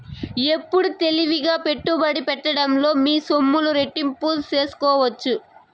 ఎప్పుడు తెలివిగా పెట్టుబడి పెట్టడంలో మీ సొమ్ములు రెట్టింపు సేసుకోవచ్చు